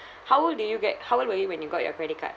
how old do you get how old were you when you got your credit card